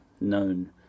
known